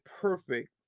perfect